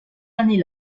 années